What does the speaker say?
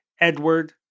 Edward